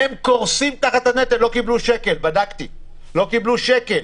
הם קורסים תחת הנטל, לא קיבלו שקל,